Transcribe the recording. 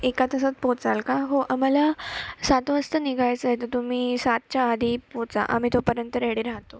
एका तासात पोहोचाल का हो आम्हाला सात वाजता निघायचं आहे तर तुम्ही सातच्या आधी पोचा आम्ही तोपर्यंत रेडी राहतो